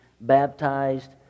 baptized